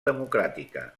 democràtica